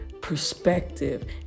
perspective